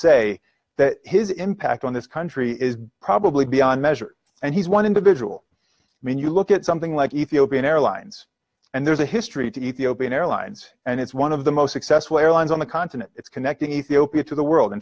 say that his impact on this country is probably beyond measure and he's one individual when you look at something like ethiopian airlines and there's a history to ethiopian airlines and it's one of the most successful airlines on the continent it's connecting ethiopia to the world in